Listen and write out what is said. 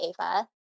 Ava